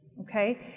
Okay